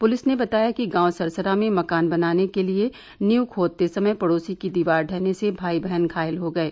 police ने बताया कि गांव सरसरा में मकान बनाने के लिए नींव खोदते समय पड़ोसी की दीवार ढहने से भाई बहन घायल हो गये